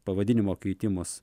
pavadinimo keitimus